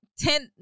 ten